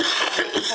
עבודה.